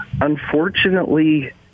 unfortunately